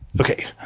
Okay